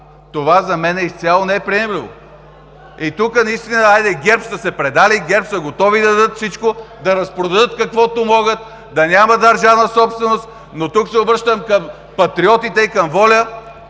това, за мен е изцяло неприемливо. Тук наистина, хайде, ГЕРБ са се предали, ГЕРБ са готови да дадат всичко, да разпродадат каквото могат, да няма държавна собственост, но тук се обръщам към Патриотите и към „Воля“,